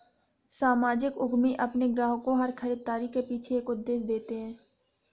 सामाजिक उद्यमी अपने ग्राहकों को हर खरीदारी के पीछे एक उद्देश्य देते हैं